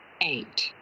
Eight